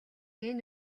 энэ